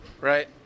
right